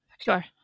Sure